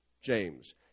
James